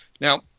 Now